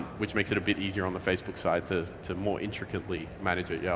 which makes it a bit easier on the facebook site to to more intricately manage it. yeah